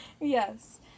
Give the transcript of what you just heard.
Yes